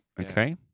okay